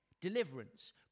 Deliverance